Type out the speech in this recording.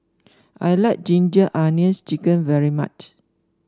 I like Ginger Onions chicken very much